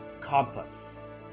compass